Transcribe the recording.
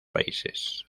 países